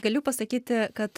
galiu pasakyti kad